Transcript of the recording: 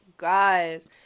Guys